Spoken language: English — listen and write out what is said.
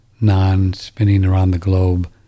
non-spinning-around-the-globe